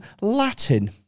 Latin